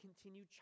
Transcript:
continue